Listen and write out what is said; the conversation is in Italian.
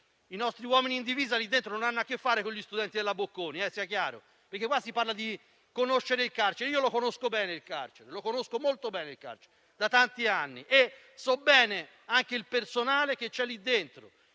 I nostri uomini in divisa nelle carceri non hanno a che fare con gli studenti della Bocconi, sia chiaro. Qui si parla di conoscere il carcere. Io conosco bene il carcere, lo conosco molto bene da tanti anni e conosco bene anche il personale che c'è lì dentro,